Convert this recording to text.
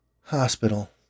Hospital